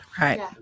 right